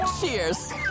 Cheers